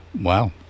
Wow